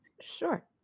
Sure